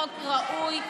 חוק ראוי,